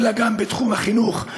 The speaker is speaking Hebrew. אלא גם בתחום החינוך.